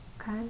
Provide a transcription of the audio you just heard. Okay